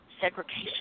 segregation